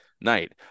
night